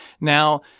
Now